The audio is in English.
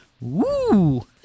Woo